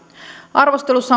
arvostelussa